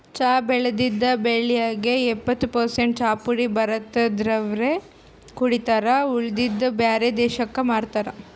ಚಾ ಬೆಳದಿದ್ದ್ ಬೆಳ್ಯಾಗ್ ಎಪ್ಪತ್ತ್ ಪರಸೆಂಟ್ ಚಾಪುಡಿ ಭಾರತ್ ದವ್ರೆ ಕುಡಿತಾರ್ ಉಳದಿದ್ದ್ ಬ್ಯಾರೆ ದೇಶಕ್ಕ್ ಮಾರ್ತಾರ್